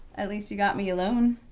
at least you got me alone.